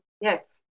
Yes